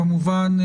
כמובן,